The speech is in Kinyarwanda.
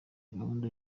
gahunda